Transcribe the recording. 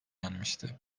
yenmişti